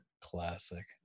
Classic